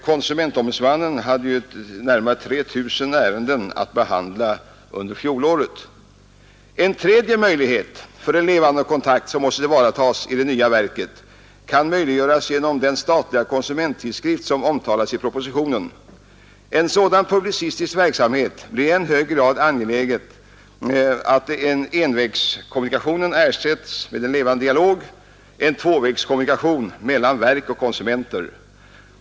Konsumentombudsmannen hade närmare 3 000 ärenden att behandla under fjolåret. En tredje möjlighet för en levande kontakt som måste tillvaratas i det nya verket utgör den statliga konsumenttidskrift som omtalas i propositionen. I en sådan publicistisk verksamhet blir det i än högre grad angeläget att envägskommunikationen ersätts med en levande dialog — en tvåvägskommunikation mellan verk och konsumenter.